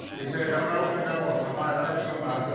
he said, don't open the door. i might hurt somebody.